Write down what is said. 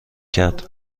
کرد